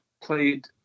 played